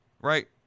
right